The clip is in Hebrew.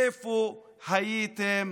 איפה הייתם